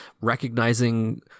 recognizing